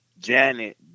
Janet